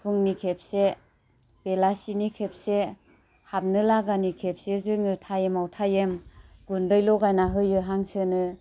फुंनि खेबसे बेलासिनि खेबसे हाबनो लागानि खेबसे जोङो टाइमआव टाइम गुन्दै लगायनानै होयो हांसोनो